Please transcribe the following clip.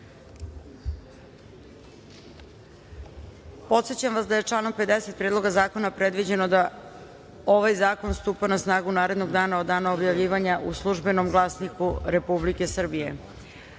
amandman. Podsećam vas da je članom 50. Predloga zakona predviđeno da ovaj zakon stupi na snagu narednog dana od dana objavljivanja u „Službenom glasniku Republike Srbije“-Prema